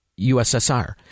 USSR